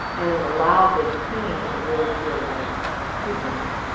and it allowed this team to really feel like two things.